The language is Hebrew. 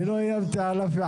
אני לא איימתי על אף אחד,